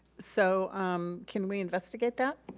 so um can we investigate that?